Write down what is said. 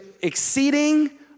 exceeding